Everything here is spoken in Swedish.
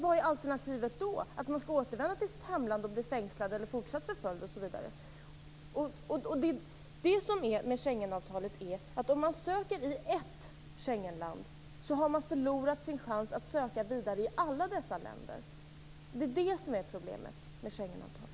Vad är alternativet då, att man skall återvända till sitt hemland för att bli fängslad eller fortsatt förföljd? Det är det som Schengenavtalet påverkar, om man söker i ett Schengenland har man förlorat sin chans att söka vidare i alla dessa länder. Det är det som är problemet med Schengenavtalet.